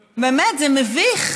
באמת, זה מביך.